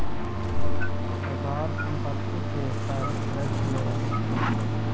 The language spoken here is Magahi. सरकार संपत्ति के पर टैक्स लेवऽ हई